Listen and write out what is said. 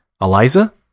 Eliza